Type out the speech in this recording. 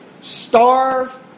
starve